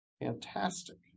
Fantastic